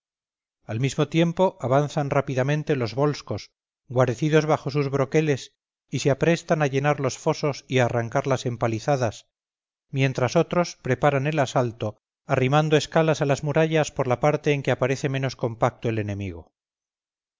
al mismo tiempo avanzan rápidamente los volscos guarecidos bajo sus broqueles y se aprestan a llenar los fosos y a arrancar las empalizadas mientras otros preparan el asalto arrimando escalas a las murallas por la parte en que aparece menos compacto el enemigo